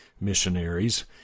missionaries